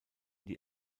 die